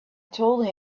told